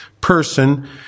person